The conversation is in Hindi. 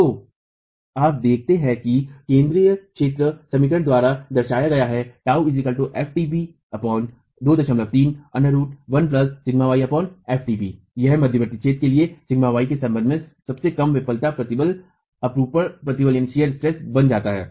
तो आप देखते हैं कि केंद्रीय क्षेत्र समीकरण द्वारा दर्शाया गया है यह मध्यवर्ती क्षेत्र के लिए σy के संबंध में सबसे कम विफलता प्रतिबल अपरूपण प्रतिबल बन जाता है